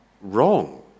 wrong